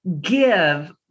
give